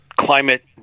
climate